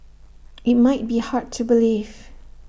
IT might be hard to believe